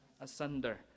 asunder